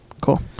cool